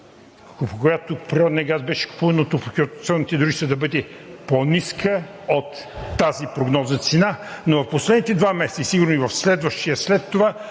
която природният газ беше купуван от топлофикационните дружества, да бъде по-ниска от тази прогнозна цена, но в последните два месеца, сигурно и в следващия след това,